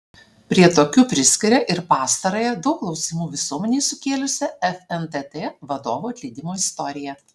prie tokių priskiria ir pastarąją daug klausimų visuomenei sukėlusią fntt vadovų atleidimo istoriją